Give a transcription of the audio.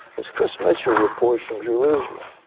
as chris mitchell reports from jerusalem,